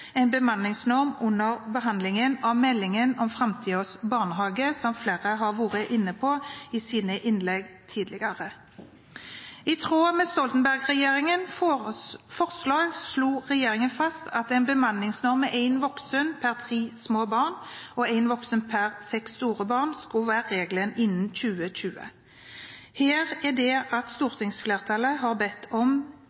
en bemanningsnorm under behandlingen av meldingen om framtidens barnehage, som flere har vært inne på i sine innlegg tidligere. I tråd med Stoltenberg-regjeringens forslag slo regjeringen fast at en bemanningsnorm med én voksen per tre små barn og én voksen per seks store barn skulle være regelen innen 2020. Her er det uttrykt ved at